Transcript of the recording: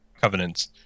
covenants